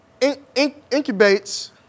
incubates